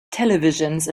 televisions